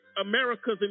America's